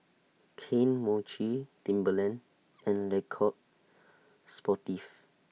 Kane Mochi Timberland and Le Coq Sportif